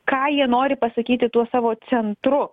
ką jie nori pasakyti tuo savo centru